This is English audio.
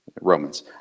Romans